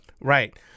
right